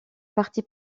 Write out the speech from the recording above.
partie